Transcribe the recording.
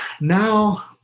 now